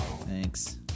thanks